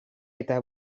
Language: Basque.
eta